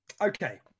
Okay